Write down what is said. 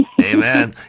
Amen